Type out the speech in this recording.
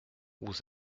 vous